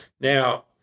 Now